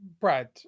Brad